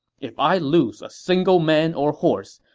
if i lose a single man or horse,